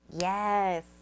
Yes